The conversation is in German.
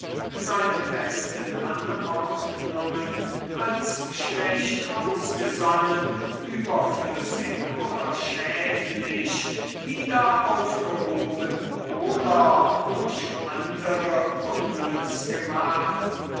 seine besten anordnungen als schlecht ausgesonnen überflüssig oder schädlich wieder aufgehoben oder durch andere unnütze gemacht